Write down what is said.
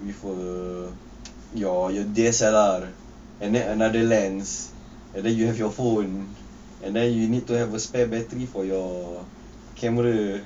with a your your D_S_L_R and then another lands and then you have your phone and then you need to have a spare battery for your camera